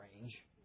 range